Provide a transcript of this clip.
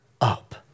up